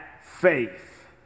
faith